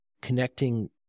connecting